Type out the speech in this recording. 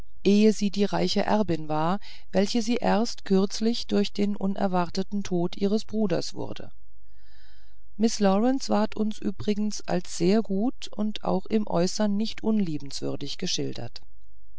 ehe sie die reiche erbin war welche sie erst kürzlich durch den unerwarteten tod ihres bruders wurde miß lawrence ward uns übrigens als sehr gut und auch im äußern nicht unliebenswürdig geschildert